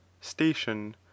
station